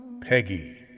Peggy